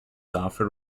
offered